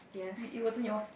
it it wasn't yours